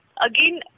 again